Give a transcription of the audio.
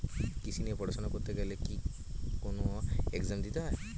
কৃষি নিয়ে পড়াশোনা করতে গেলে কি কোন এগজাম দিতে হয়?